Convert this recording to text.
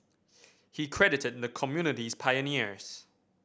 he credited the community's pioneers